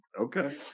okay